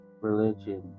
religion